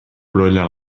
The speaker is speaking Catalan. brolla